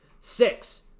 six